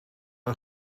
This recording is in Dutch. een